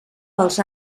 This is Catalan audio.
als